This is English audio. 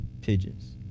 pigeons